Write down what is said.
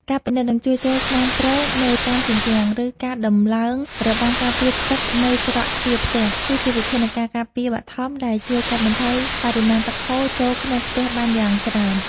ការពិនិត្យ និងជួសជុលស្នាមប្រេះនៅតាមជញ្ជាំង ឬការដំឡើងរបាំងការពារទឹកនៅច្រកទ្វារផ្ទះ គឺជាវិធានការការពារបឋមដែលជួយកាត់បន្ថយបរិមាណទឹកហូរចូលក្នុងផ្ទះបានយ៉ាងច្រើន។